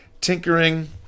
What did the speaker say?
tinkering